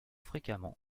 fréquemment